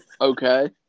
Okay